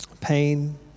pain